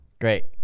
great